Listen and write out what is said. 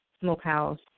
Smokehouse